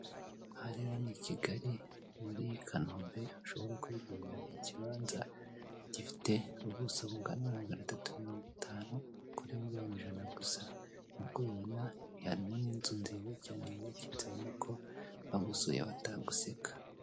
aha rero ni kigali muri kanombe washobora kwiyigurira ikibanza gifite ubuso bungana na magana atatu mirongo itanu kuri miliyoni ijana gusa , nkuko ubibona harimo n'inzu nziza cyane yubakitse ubona ko bagusoye bataguseka.